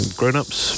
grown-ups